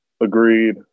Agreed